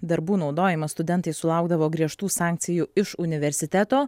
darbų naudojimą studentai sulaukdavo griežtų sankcijų iš universiteto